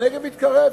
הנגב התקרב,